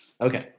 okay